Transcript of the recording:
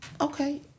Okay